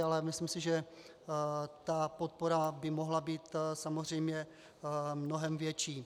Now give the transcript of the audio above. Ale myslím si, že podpora by mohla být samozřejmě mnohem větší.